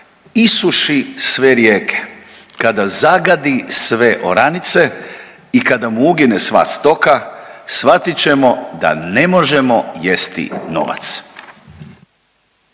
isuši sve rijeke, kada zagadi sve oranice i kada mu ugine sva stoga shvatit ćemo da ne možemo jesti novac.